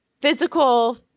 physical